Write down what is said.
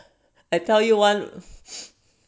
I tell you [one]